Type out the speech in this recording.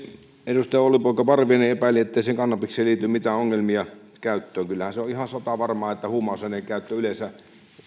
edustaja olli poika parviainen epäili ettei kannabiksen käyttöön liity mitään ongelmia kyllähän se on ihan satavarma että huumausaineen käyttöön yleensä